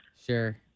Sure